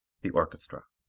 the orchestra.